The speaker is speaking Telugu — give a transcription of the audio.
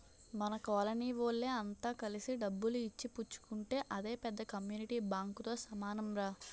మన కోలనీ వోళ్ళె అంత కలిసి డబ్బులు ఇచ్చి పుచ్చుకుంటే అదే పెద్ద కమ్యూనిటీ బాంకుతో సమానంరా